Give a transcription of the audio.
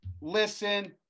listen